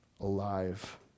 Alive